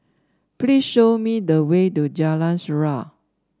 please show me the way to Jalan Surau